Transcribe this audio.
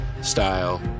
Style